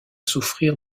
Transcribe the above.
souffrir